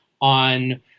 on